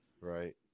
Right